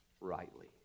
rightly